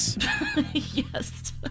Yes